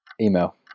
Email